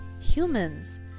humans